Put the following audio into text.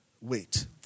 wait